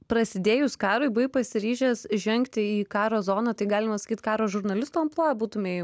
prasidėjus karui buvai pasiryžęs žengti į karo zoną tai galima sakyt karo žurnalisto amplua būtumei